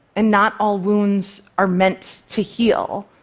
and not all wounds are meant to heal?